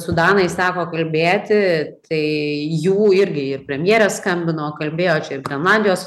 su danais teko kalbėti tai jų irgi premjerė skambino kalbėjo čia ir grenlandijos